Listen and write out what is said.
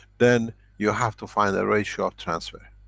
then you have to find the ratio of transfer.